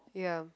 ya